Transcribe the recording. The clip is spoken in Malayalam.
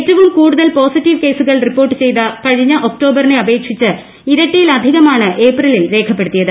ഏറ്റവും കൂടുതൽ പോസിറ്റീവ് കേസുകൾ റിപ്പോർട്ട് ചെയ്ത കഴിഞ്ഞ ഒക്ടോബറിനെ അപേക്ഷിച്ച് ഇരട്ടിയിലധികമാണ് ഏപ്രിലിൽ രേഖപ്പെടുത്തിയത്